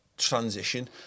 Transition